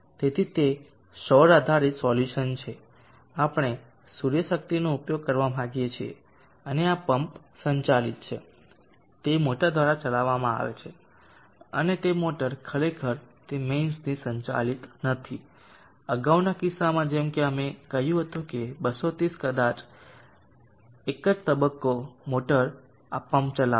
તેથી તે સૌર આધારિત સોલ્યુશન છે આપણે સૂર્ય શક્તિનો ઉપયોગ કરવા માંગીએ છીએ અને આ પમ્પ સંચાલિત છે તે મોટર દ્વારા ચલાવવામાં આવે છે અને તે મોટર ખરેખર તે મેઇન્સથી સંચાલિત થતી નથી અગાઉના કિસ્સામાં જેમ કે અમે કહ્યું હતું કે 230 કદાચ એક જ તબક્કો મોટર આ પંપ ચલાવશે